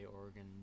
Oregon